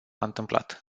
întâmplat